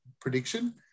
prediction